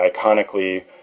iconically